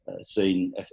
seen